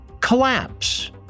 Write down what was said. collapse